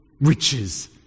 riches